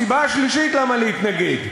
הסיבה השלישית למה להתנגד,